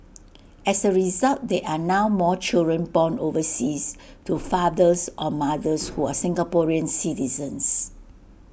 as A result there are now more children born overseas to fathers or mothers who are Singaporean citizens